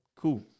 cool